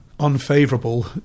unfavorable